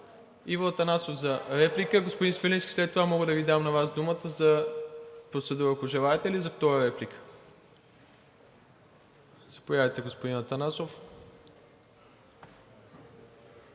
Иво Атанасов – за реплика. Господин Свиленски, след това мога да Ви дам на Вас думата за процедура, ако желаете, или за втора реплика. Заповядайте, господин Атанасов.